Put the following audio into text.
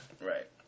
Right